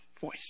voice